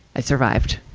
i survived.